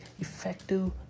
effective